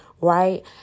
Right